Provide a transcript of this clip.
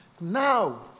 now